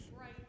right